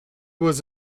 was